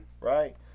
right